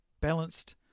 balanced